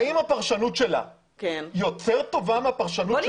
האם הפרשנות שלה יותר ובה מהפרשנות שלי?